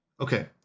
Okay